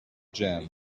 jam